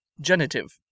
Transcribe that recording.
Genitive